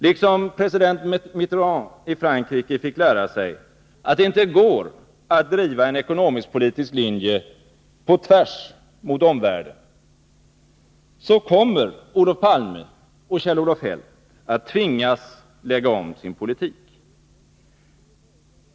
Liksom president Mitterrand i Frankrike fick lära sig att det inte går att driva en ekonomisk-politisk linje på tvärs mot omvärlden, kommer Olof Palme och Kjell-Olof Feldt att tvingas lägga om sin politik.